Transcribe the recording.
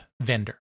vendor